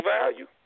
value